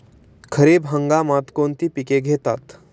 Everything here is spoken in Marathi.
खरीप हंगामात कोणती पिके घेतात?